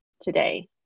today